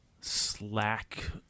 slack